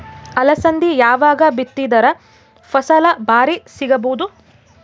ಅಲಸಂದಿ ಯಾವಾಗ ಬಿತ್ತಿದರ ಫಸಲ ಭಾರಿ ಸಿಗಭೂದು?